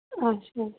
اَچھا